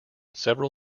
several